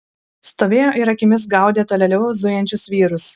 stovėjo ir akimis gaudė tolėliau zujančius vyrus